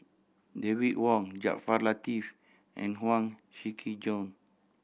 David Wong Jaafar Latiff and Huang Shiqi Joan